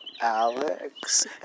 Alex